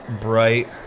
bright